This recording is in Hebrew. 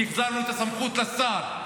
כי החזרנו את הסמכות לשר,